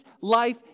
life